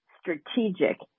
strategic